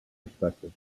perspective